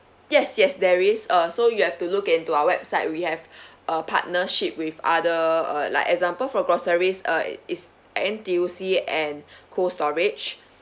yes yes there is uh so you have to look into our website we have uh partnership with other uh like example for groceries uh it's N_T_U_C and cold storage